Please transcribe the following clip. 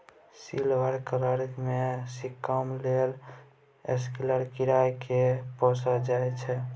sericulture मे silk लेल सिल्कक कीरा केँ पोसल जाइ छै